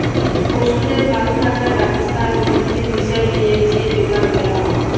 পশুদের ভাল থাকার ব্যবস্থা আর উন্নতির বিষয় লিয়ে যে বেপার বোলা হয়